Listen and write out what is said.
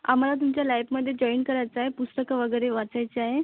आम्हाला तुमच्या लॅबमध्ये जॉईन करायचं आहे पुस्तकं वगैरे वाचायची आहे